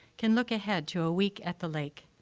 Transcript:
can look ahead to a week at the lake,